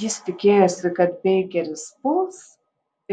jis tikėjosi kad beikeris puls